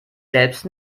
selbst